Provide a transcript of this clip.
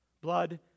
Blood